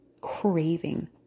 craving